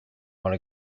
want